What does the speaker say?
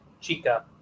Chica